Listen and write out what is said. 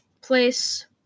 place